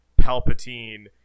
Palpatine